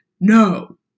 no